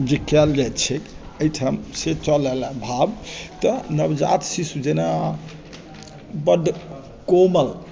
जे कयल जाइत छैक एहिठाम से चल आयलए ई भाव तऽ नवजात शिशु जेना बड्ड कोमल